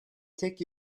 tek